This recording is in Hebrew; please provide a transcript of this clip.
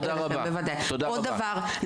עוד דבר,